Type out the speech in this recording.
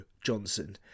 Johnson